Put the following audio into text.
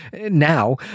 now